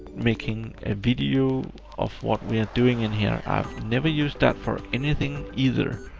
making a video of what we are doing in here. i've never used that for anything, either.